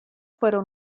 fueron